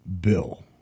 bill